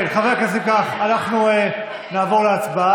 כן, חברי הכנסת, אם כך, אנחנו נעבור להצבעה.